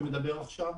שדיבר עכשיו,